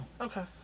Okay